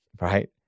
Right